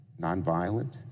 Nonviolent